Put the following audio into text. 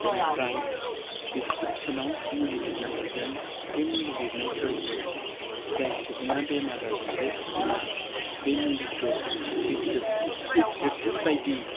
बिनिफ्राय प्रेसक्रिपसनाव मुलि लिरना हरगोन बे मुलि लिरनायखौ जाय सुबुंनाव बेमार जादों बे सुबुङा बे मुलिखौ प्रेसक्रिपसननि बायदि